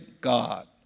God